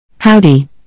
Howdy